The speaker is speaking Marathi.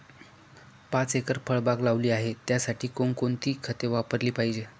पाच एकर फळबाग लावली आहे, त्यासाठी कोणकोणती खते वापरली पाहिजे?